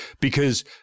because-